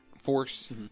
Force